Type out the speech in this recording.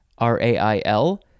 R-A-I-L